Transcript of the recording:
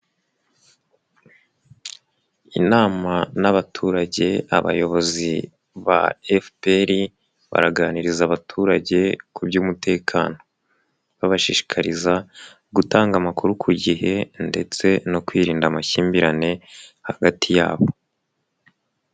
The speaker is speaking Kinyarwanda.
Inama n'abaturage abayobozi ba FPR baraganiriza abaturage ku by' umutekano, babashishikariza gutanga amakuru ku gihe ndetse no kwirinda amakimbirane hagati yabo.